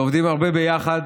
ועובדים הרבה ביחד,